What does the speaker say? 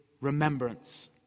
remembrance